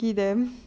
ya